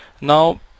now